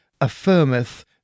affirmeth